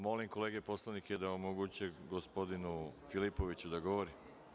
Molim kolege da omoguće gospodinu Filipoviću da govori.